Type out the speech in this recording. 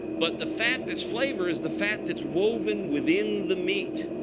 but the fat that's flavor is the fat that's woven within the meat.